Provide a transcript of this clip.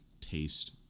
Taste